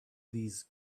these